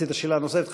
רצית שאלה נוספת?